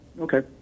Okay